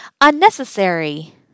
unnecessary